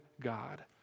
God